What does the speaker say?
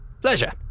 Pleasure